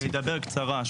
אני אדבר קצרה .